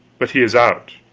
but he is out,